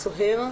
סוהר,